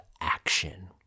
action